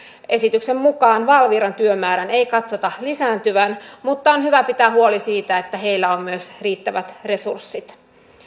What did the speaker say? esityksen mukaan valviran työmäärän ei katsota lisääntyvän mutta on hyvä pitää huoli siitä että heillä on myös riittävät resurssit